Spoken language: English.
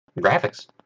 Graphics